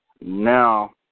now